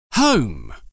Home